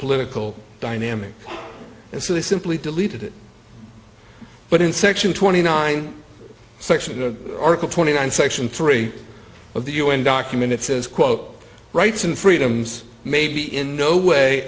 political dynamic and so they simply deleted it but in section twenty nine section of article twenty nine section three of the un document it says quote rights and freedoms may be in no way